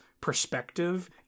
perspective